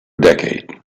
decade